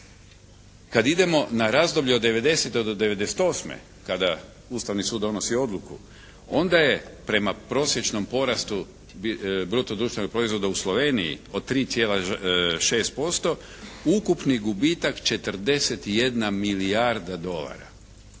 Kada idemo na razdoblje od 90. do 98. kada Ustavni sud donosi odluku, onda je prema prosječnom porastu bruto društvenog proizvoda u Sloveniji od 3,6% ukupni gubitak 41 milijarda dolara.